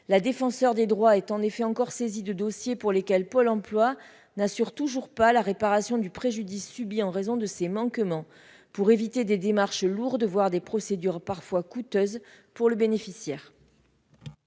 la défenseure des droits est en effet encore saisi de dossiers pour lesquels Pôle emploi n'assure toujours pas la réparation du préjudice subi en raison de ces manquements pour éviter des démarches lourdes, voire des procédures parfois coûteuses pour le bénéficiaire.